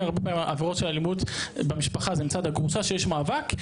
הרבה פעמים עבירות של אלימות במשפחה זה מצד הגרושה כשיש מאבק,